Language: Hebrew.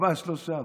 ממש לא שם,